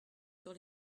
sur